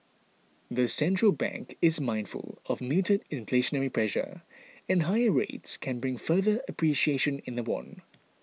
the central bank is mindful of muted inflationary pressure and higher rates can bring further appreciation in the won